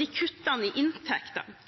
Disse kuttene i inntekten har de ikke fortjent. I